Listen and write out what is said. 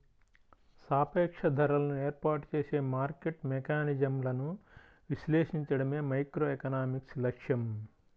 సాపేక్ష ధరలను ఏర్పాటు చేసే మార్కెట్ మెకానిజమ్లను విశ్లేషించడమే మైక్రోఎకనామిక్స్ లక్ష్యం